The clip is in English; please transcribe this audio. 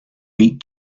beat